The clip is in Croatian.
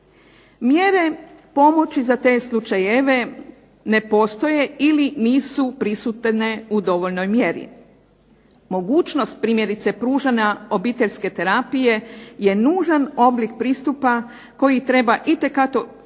Mjere pomoći za te slučajeve ne postoje ili nisu prisutne u dovoljnoj mjeri. Mogućnost primjerice pružanja obiteljske terapije je nužan oblik pristupa koji treba itekako